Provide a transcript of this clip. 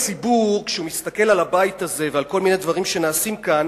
כשהציבור מסתכל על הבית הזה ועל כל מיני דברים שנעשים כאן,